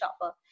shopper